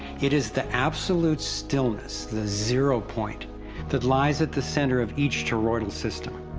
it is the absolute stillness the zero point that lies at the center of each toroidal system.